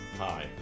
Hi